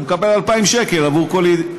והוא מקבל 2,000 שקל עבור כל מדידה.